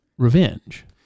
Revenge